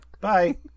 Bye